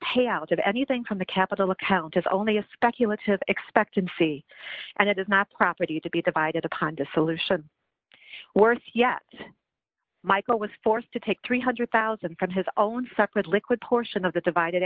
payout of anything from the capital account is only a speculative expectancy and it is not property to be divided upon dissolution worth yet michael was forced to take three hundred thousand from his own separate liquid portion of the divided